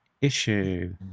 issue